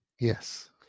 Yes